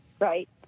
right